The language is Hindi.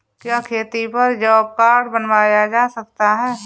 क्या खेती पर जॉब कार्ड बनवाया जा सकता है?